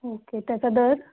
okay त्याचा दर